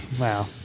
wow